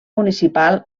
municipal